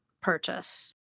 purchase